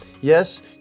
Yes